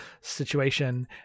situation